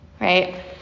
Right